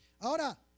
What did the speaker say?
Ahora